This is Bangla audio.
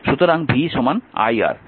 সুতরাং v iR